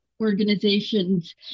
organizations